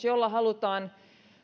jolla halutaan